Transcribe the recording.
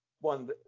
one